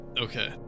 Okay